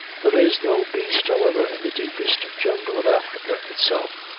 there is no beast, however, in the deepest jungle of africa itself,